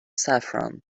saffron